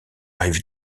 rive